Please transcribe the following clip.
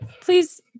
Please